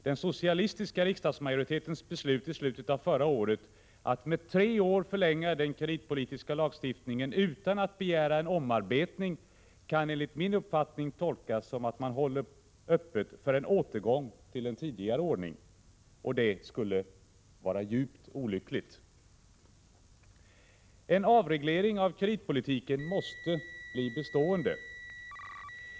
Den socialistiska riksdagsmajoritetens beslut i slutet av förra året att med tre år förlänga den kreditpolitiska lagstiftningen utan att begära en omarbetning kan enligt min uppfattning tolkas som att man håller öppet för en återgång till en tidigare ordning, och det skulle vara djupt olyckligt. En avreglering av kreditpolitiken måste bli bestående.